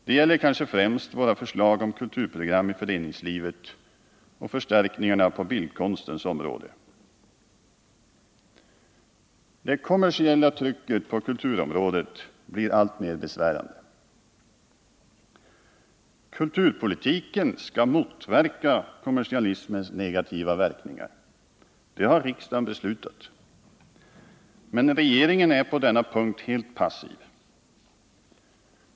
Det gäller kanske främst våra förslag om kulturprogram i föreningslivet och förstärkningar på bildkonstens område. Det kommersiella trycket på kulturområdet blir alltmer besvärande. Kulturpolitiken skall motverka kommersialismens negativa verkningar. Det har riksdagen beslutat. Men regeringen är på denna punkt helt passiv.